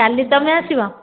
କାଲି ତୁମେ ଆସିବ